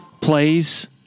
plays